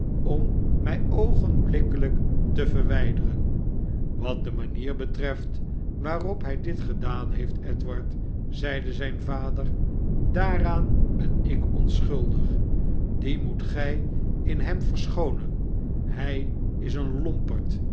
om mij oogenblikkelijk te verwijderen wat de manier betreft waarop hij dit gedaan heeft edward zeide zijn vader tdaaraan ben ik onschuldig die moet gij in hem verschoonen hij is een lomperd